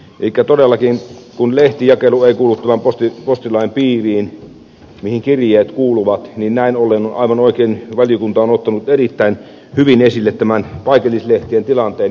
elikkä todellakin kun lehtijakelu ei kuulu tämän postilain piiriin mihin kirjeet kuuluvat niin näin ollen aivan oikein valiokunta on ottanut erittäin hyvin esille tämän paikallislehtien tilanteen